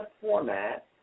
format